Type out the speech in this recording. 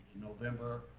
November